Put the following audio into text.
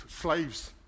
slaves